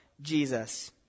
Jesus